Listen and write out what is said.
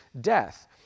death